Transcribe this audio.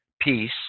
peace